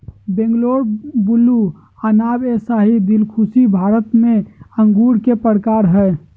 Bangalore blue, Anab e Shahi, Dilkhushi Bharat में अंगूर के प्रकार हय